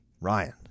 Ryan